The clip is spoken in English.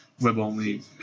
web-only